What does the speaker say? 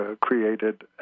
created